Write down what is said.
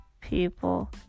people